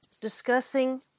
discussing